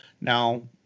Now